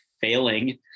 failing